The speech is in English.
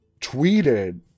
tweeted